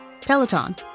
Peloton